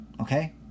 okay